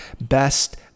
best